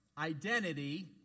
Identity